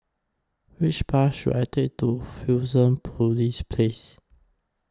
Which Bus should I Take to Fusionopolis Place